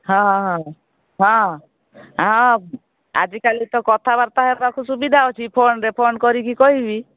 ହଁ ହଁ ହଁ ହଁ ହଁ ଆଜିକାଲି ତ କଥାବାର୍ତ୍ତା ହେବାକୁ ସୁବିଧା ଅଛି ଫୋନ୍ରେ ଫୋନ୍ କରିକି କହିବି